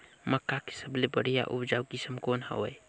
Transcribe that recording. मक्का के सबले बढ़िया उपजाऊ किसम कौन हवय?